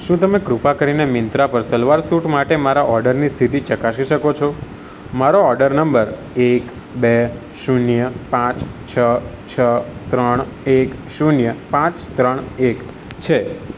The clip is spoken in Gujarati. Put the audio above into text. શું તમે કૃપા કરીને મિન્ત્રા પર સલવાર સૂટ માટે મારા ઓર્ડરની સ્થિતિ ચકાસી શકો છો મારો ઓર્ડર નંબર એક બે શૂન્ય પાંચ છ છ ત્રણ એક શૂન્ય પાંચ ત્રણ એક છે